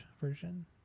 version